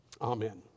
Amen